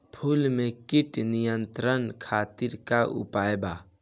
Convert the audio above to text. फूल में कीट नियंत्रण खातिर का उपाय बा?